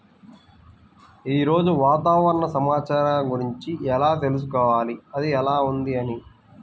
ఈరోజు వాతావరణ సమాచారం గురించి ఎలా తెలుసుకోవాలి అది ఎలా ఉంది అని?